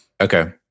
Okay